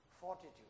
fortitude